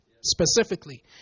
specifically